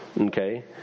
Okay